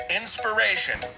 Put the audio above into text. inspiration